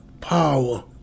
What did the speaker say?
power